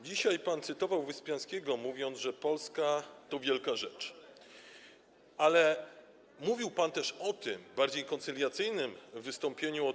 Dzisiaj cytował pan Wyspiańskiego, mówiąc, że Polska to wielka rzecz, ale mówił pan też o tym w bardziej koncyliacyjnym wystąpieniu od